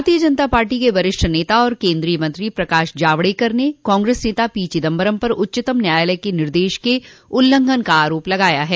भारतीय जनता पार्टी के वरिष्ठ नेता और केन्द्रीय मंत्री प्रकाश जावड़ेकर ने कांग्रेस नेता पी चिदम्बरम पर उच्चतम न्यायालय के निर्देश के उल्लंघन का आरोप लगाया है